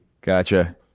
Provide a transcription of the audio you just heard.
gotcha